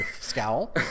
scowl